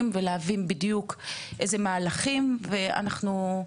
ולהבין בדיוק איזה מהלכים אפשר לעשות,